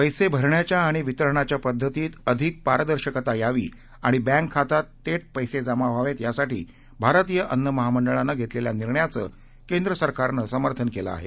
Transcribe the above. पैसे भरण्याच्या आणि वितरणाच्या पद्धतीत अधिक पारदर्शकता यावी आणि बँक खात्यात थेट पैसे जमा व्हावेत यासाठी भारतीय अन्न महामंडळानं घेतलेल्या निर्णयाचं केंद्र सरकारनं समर्थन केलं आहे